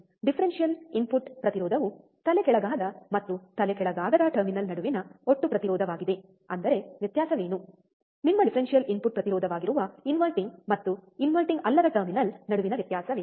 differential input ಪ್ರತಿರೋಧವು ತಲೆಕೆಳಗಾದ ಮತ್ತು ತಲೆಕೆಳಗಾಗದ ಟರ್ಮಿನಲ್ ನಡುವಿನ ಒಟ್ಟು ಪ್ರತಿರೋಧವಾಗಿದೆ ಅಂದರೆ ವ್ಯತ್ಯಾಸವೇನು ನಿಮ್ಮ ಡಿಫರೆನ್ಷಿಯಲ್ ಇನ್ಪುಟ್ ಪ್ರತಿರೋಧವಾಗಿರುವ ಇನ್ವರ್ಟಿಂಗ್ ಮತ್ತು ಇನ್ವರ್ಟಿಂಗ್ ಅಲ್ಲದ ಟರ್ಮಿನಲ್ ನಡುವಿನ ವ್ಯತ್ಯಾಸವೇನು